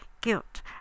guilt